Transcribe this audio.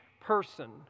person